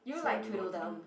you like Twitter them